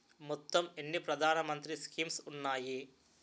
మొత్తం ఎన్ని ప్రధాన మంత్రి స్కీమ్స్ ఉన్నాయి?